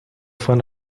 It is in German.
von